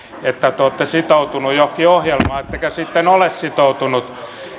te olette sitoutuneet johonkin ohjelmaan ettekä sitten ole sitoutuneet